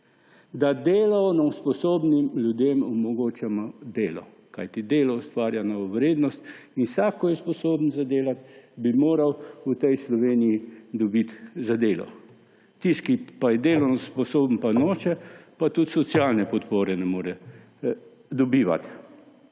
da delovnosposobnim ljudem omogočamo delo, kajti delo ustvarja novo vrednost in vsak, ki je sposoben delati, bi moral v tej Sloveniji dobiti delo. Tisti, ki pa je delovno sposoben, pa noče, pa tudi socialne podpore ne more dobivati.